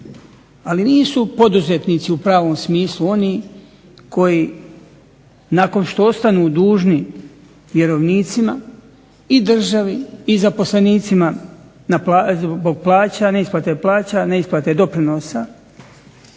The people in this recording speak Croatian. ali nisu poduzetnici u pravom smislu oni koji nakon što ostanu dužni vjerovnicima i državi i zaposlenicima zbog neisplate plaće, neisplate doprinosa,